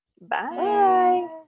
Bye